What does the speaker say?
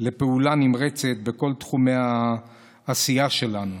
לפעולה נמרצת בכל תחומי העשייה שלנו.